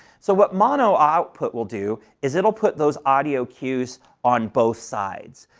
so what mono output will do is it will put those audio cues on both sides.